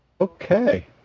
Okay